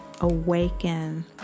awaken